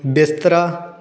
ਬਿਸਤਰਾ